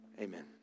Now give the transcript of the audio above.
Amen